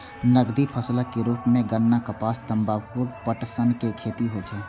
नकदी फसलक रूप मे गन्ना, कपास, तंबाकू, पटसन के खेती होइ छै